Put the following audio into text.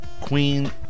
Queen